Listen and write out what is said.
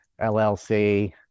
LLC